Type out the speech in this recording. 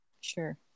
Sure